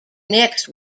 next